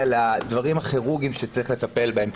לדברים הכירורגיים שצריך לטפל בהם.